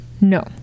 No